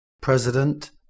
president